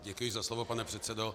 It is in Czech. Děkuji za slovo, pane předsedo.